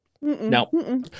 No